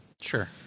Sure